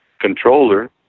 controller